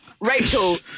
Rachel